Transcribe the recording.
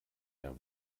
der